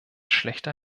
schlechter